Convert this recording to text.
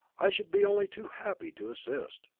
i should be only too happy to assist.